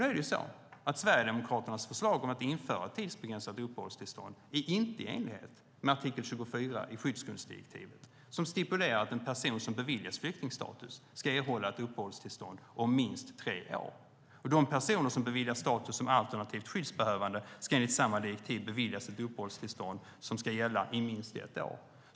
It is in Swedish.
Nu är det dock så att Sverigedemokraternas förslag om att införa ett tidsbegränsat uppehållstillstånd inte är förenligt med artikel 24 i skyddsgrundsdirektivet, som stipulerar att en person som beviljas flyktingstatus ska erhålla ett uppehållstillstånd om minst tre år. De personer som beviljas status som alternativt skyddsbehövande ska enligt samma direktiv beviljas ett uppehållstillstånd som ska gälla i minst ett år.